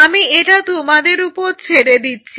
আমি এটা তোমাদের উপর ছেড়ে দিচ্ছি